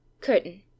Curtain